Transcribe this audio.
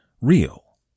real